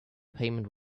payment